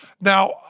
Now